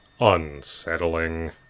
unsettling